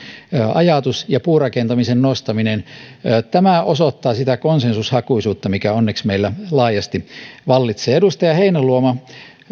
ajatus ja puurakentamisen nostaminen osoittavat sitä konsensushakuisuutta mikä meillä onneksi laajasti vallitsee edustaja heinäluoma